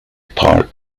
park